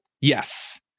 Yes